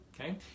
okay